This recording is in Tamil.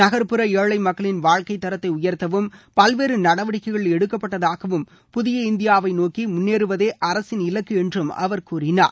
நகர்ப்புற ஏழை மக்களின் வாழ்க்கை தரத்தை உயர்தவும் பல்வேறு நடவடிக்கைகள் எடுக்கப்பட்டதாகவும் புதிய இந்தியாவை நோக்கி முன்னேறுவதே அரசின் இலக்கு என்றும் அவர் கூறினார்